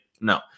no